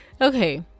Okay